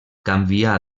canvià